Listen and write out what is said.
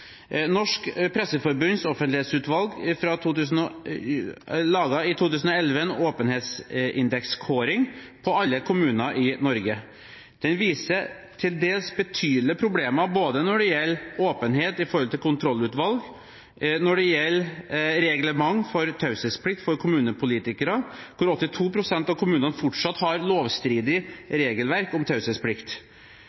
dels betydelige problemer både når det gjelder åpenhet overfor kontrollutvalg, og når det gjelder reglement for taushetsplikt for kommunepolitikere, hvor 82 pst. av kommunene fortsatt har